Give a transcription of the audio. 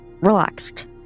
relaxed